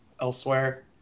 elsewhere